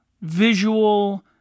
visual